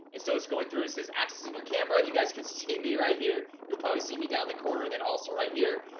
and so it's going through and says access and your camera you guys can see me right here you'll probably see me down the corner then also right here,